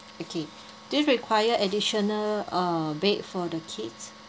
okay do you require additional uh bed for the kids